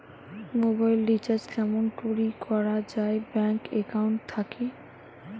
Mobile recharge কেমন করি করা যায় ব্যাংক একাউন্ট থাকি?